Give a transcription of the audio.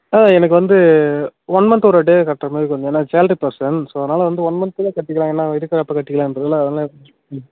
ஆ எனக்கு வந்து one month ஒரு டே கட்டுறமாரி கொஞ்சம் ஏன்னா சேலரி பெர்சன் ஸோ அதனால வந்து ஒன் மந்த்துக்குள்ள கட்டிக்கலாம் ஏன்னா இருக்கிறப்ப கட்டிக்கலான்றதுல ம்